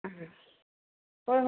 ꯎꯝ ꯍꯣꯏ